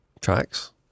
tracks